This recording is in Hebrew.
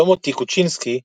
שלמה טיקוצינסקי,